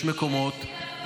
גם אני מכבד אותך.